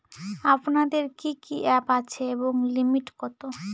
আপনাদের কি কি অ্যাপ আছে এবং লিমিট কত?